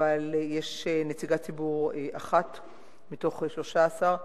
יש נציגת ציבור אחת מתוך 13,